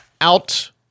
out